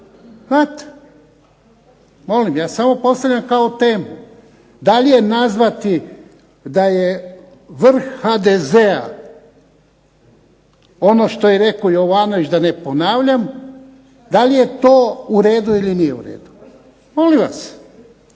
znate, molim, ja samo postavljam kao temu. Da li je nazvati da je vrh HDZ-a ono što je rekao Jovanović da ne ponavljam, da li je to u redu ili nije u redu. Molim vas.